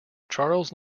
charles